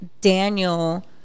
Daniel